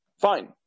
Fine